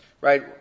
Right